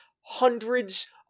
hundreds